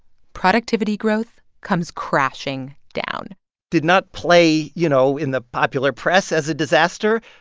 productivity growth comes crashing down did not play, you know, in the popular press as a disaster,